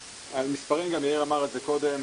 על מספרים, גם יאיר אמר את זה קודם,